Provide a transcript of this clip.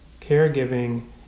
caregiving